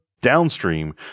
downstream